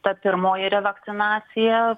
ta pirmoji revakcinacija